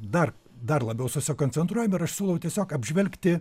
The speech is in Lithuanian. dar dar labiau susikoncentruojam ir aš siūlau tiesiog apžvelgti